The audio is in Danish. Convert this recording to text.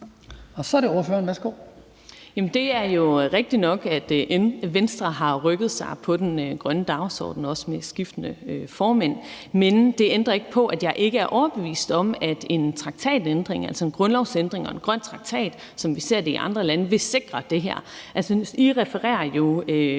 Linea Søgaard-Lidell (V): Det er jo rigtigt nok, at Venstre har rykket sig på den grønne dagsorden, også med skiftende formænd, men det ændrer ikke på, at jeg ikke er overbevist om, at en traktatændring, altså en grundlovsændring og en grøn traktat, som vi ser det i andre lande, vil sikre det her. Forslagsstillerne refererer i